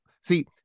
see